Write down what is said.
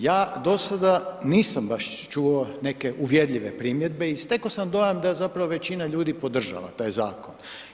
Ja do sada nisam baš čuo neke uvjerljive primjedbe i steko sam dojam da zapravo većina ljudi podržava taj zakon.